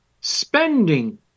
spending